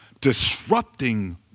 disrupting